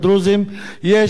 יש בעיה אמיתית,